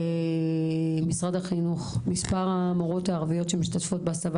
משרד החינוך - מספר המורות הערביות שמשתתפות בהסבה